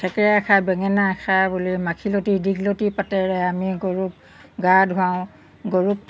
ঠেকেৰা খা বেঙেনা খা বুলি মাখিলতী দীঘলতী পাতেৰে আমি গৰুক গা ধুৱাওঁ গৰুক